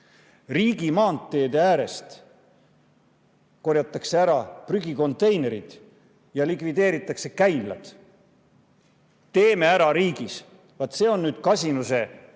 Riigimaanteede äärest korjatakse ära prügikonteinerid, likvideeritakse käimlad. "Teeme ära!" riigis! Vaat see on kasinuse